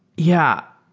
yeah.